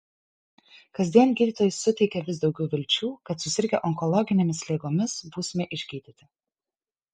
kasdien gydytojai suteikia vis daugiau vilčių kad susirgę onkologinėmis ligomis būsime išgydyti